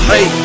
Hey